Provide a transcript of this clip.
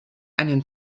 einen